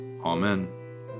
Amen